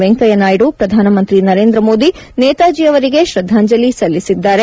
ವೆಂಕಯ್ಯ ನಾಯ್ಲು ಪ್ರಧಾನಮಂತ್ರಿ ನರೇಂದ್ರ ಮೋದಿ ನೇತಾಜಿ ಅವರಿಗೆ ಶ್ರದ್ದಾಂಜಲಿ ಸಲ್ಲಿಸಿದ್ದಾರೆ